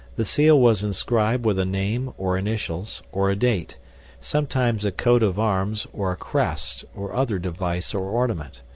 the seal was inscribed with a name, or initials, or a date sometimes a coat of arms or a crest, or other device or ornament.